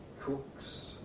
cooks